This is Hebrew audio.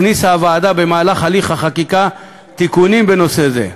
הכניסה הוועדה בהליך החקיקה תיקונים בנושא זה,